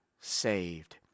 saved